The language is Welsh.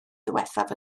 ddiwethaf